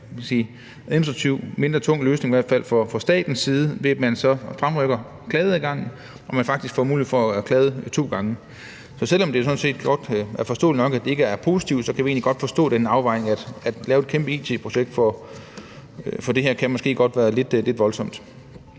administrativt mindre tung løsning, i hvert fald fra statens side, ved at man så fremrykker klageadgangen, og ved at man så faktisk får mulighed for at klage to gange. Så selv om det sådan set er forståeligt nok, at det ikke er positivt, kan vi egentlig godt forstå den afvejning, i forhold til at det med at lave et kæmpe it-projekt for det her måske godt kan virke lidt voldsomt.